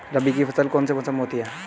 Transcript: रबी की फसल कौन से मौसम में होती है?